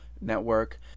network